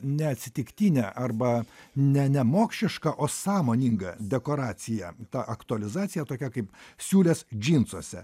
neatsitiktinė arba ne nemokšiška o sąmoninga dekoracija aktualizacija tokia kaip siūlės džinsuose